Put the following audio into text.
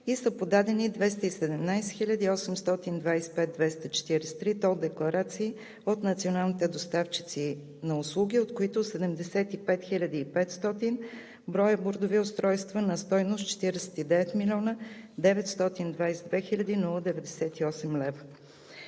и са подадени 217 млн. 825 хил. 243 тол декларации от националните доставчици на услуги, от които 75 хил. 500 броя бордови устройства на стойност 49 млн.